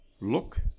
look